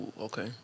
Okay